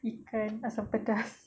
ikan asam pedas